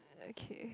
okay